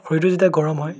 শৰীৰটো যেতিয়া গৰম হয়